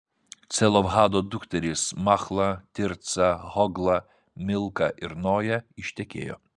celofhado dukterys machla tirca hogla milka ir noja ištekėjo